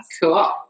Cool